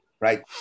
right